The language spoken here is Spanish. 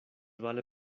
vale